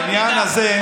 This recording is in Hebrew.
בעניין הזה,